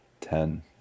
ten